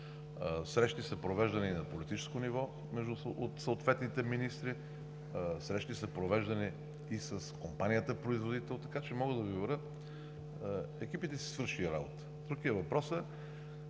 Срещи са провеждани и на политическо ниво между съответните министри, срещи са провеждани и с компанията производител, така че мога да Ви уверя, че екипите са си свършили работа. Друг е въпросът